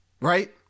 Right